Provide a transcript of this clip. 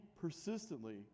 persistently